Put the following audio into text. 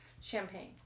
champagne